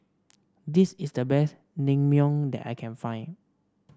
this is the best Naengmyeon that I can find